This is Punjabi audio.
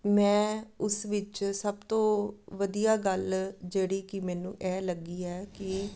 ਮੈਂ ਉਸ ਵਿੱਚ ਸਭ ਤੋਂ ਵਧੀਆ ਗੱਲ ਜਿਹੜੀ ਕਿ ਮੈਨੂੰ ਇਹ ਲੱਗੀ ਹੈ ਕਿ